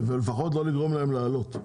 או לפחות לגרום להם לא לעלות.